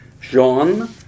Jean